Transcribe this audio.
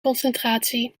concentratie